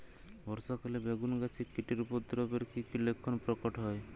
বর্ষা কালে বেগুন গাছে কীটের উপদ্রবে এর কী কী লক্ষণ প্রকট হয়?